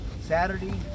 Saturday